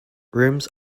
rooms